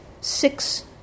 six